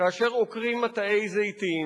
כאשר עוקרים מטעי זיתים,